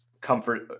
comfort